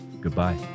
Goodbye